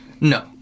No